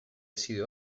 sido